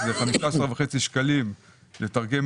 15.5 שקלים לתרגם